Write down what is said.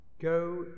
Go